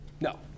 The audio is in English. no